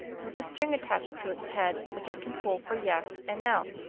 with a string attached to its head, which i can pull for yes and no.